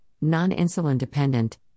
non-insulin-dependent